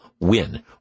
win